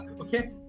okay